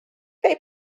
they